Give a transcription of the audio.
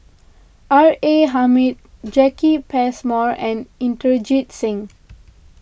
R A Hamid Jacki Passmore and Inderjit Singh